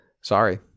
sorry